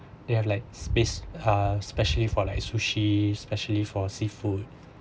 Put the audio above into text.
they have like space are specially for like sushi specially for seafood